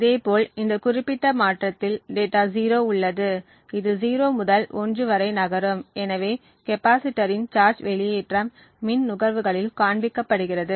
இதேபோல் இந்த குறிப்பிட்ட மாற்றத்தில் டேட்டா 0 உள்ளது இது 0 முதல் 1 வரை நகரும் எனவே கெப்பாசிட்டரின் சார்ஜ் வெளியேற்றம் மின் நுகர்வுகளில் காண்பிக்கப்படுகிறது